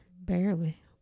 Barely